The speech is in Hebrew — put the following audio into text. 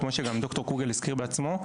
כמו שגם ד"ר קוגל הזכיר בעצמו,